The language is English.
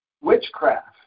witchcraft